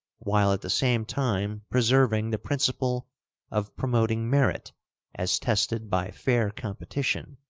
while at the same time preserving the principle of promoting merit as tested by fair competition,